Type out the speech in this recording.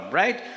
right